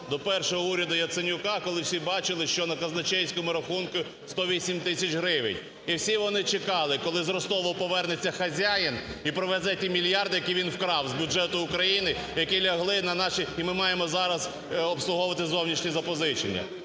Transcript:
до першого уряду Яценюка, коли всі бачили, що на казначейському рахунку 108 тисяч гривень. І всі вони чекали, коли з Ростова повернеться хазяїн і привезе ті мільярди, які він вкрав з бюджету України, які лягли на наші… і ми маємо зараз обслуговувати зовнішні запозичення.